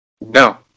No